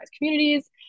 communities